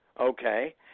Okay